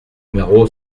numéro